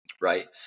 right